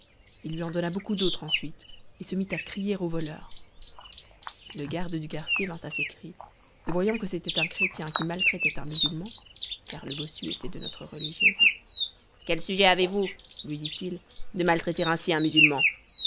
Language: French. il lui en donna beaucoup d'autres ensuite et se mit à crier au voleur le garde du quartier vint à ses cris et voyant que c'était un chrétien qui maltraitait un musulman car le bossu était de notre religion quel sujet avez-vous lui dit-il de maltraiter ainsi un musulman